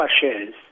shares